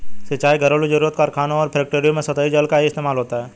सिंचाई, घरेलु जरुरत, कारखानों और फैक्ट्रियों में सतही जल का ही इस्तेमाल होता है